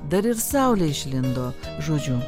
dar ir saulė išlindo žodžiu